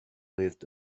lived